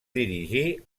dirigir